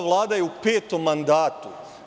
Ova vlada je u petom mandatu.